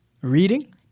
Reading